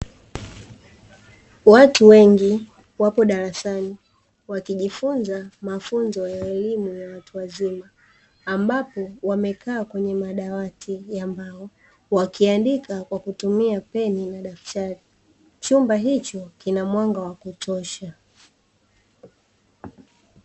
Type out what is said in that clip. Watu wengi wapo darasani, wakijifunza mafunzo ya elimu ya watu wazima, ambapo wamekaa kwenye madawati ya mbao, wakiandika kwa kutumia peni na daftari. Chumba hicho kina mwanga wa kutosha.